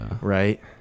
right